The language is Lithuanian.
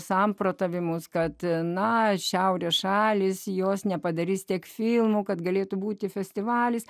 samprotavimus kad na šiaurės šalys jos nepadarys tiek filmų kad galėtų būti festivalis